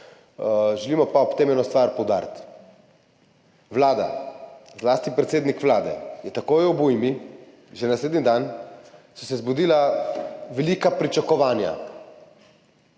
Želimo pa ob tem eno stvar poudariti. Vlada, zlasti predsednik Vlade, takoj ob ujmi, že naslednji dan so se zbudila velika pričakovanja,